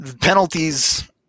Penalties